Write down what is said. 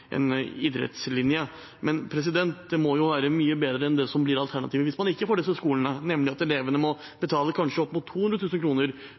idrettslinje, men det må jo være mye bedre enn det som blir alternativet hvis man ikke får disse skolene, nemlig at elevene må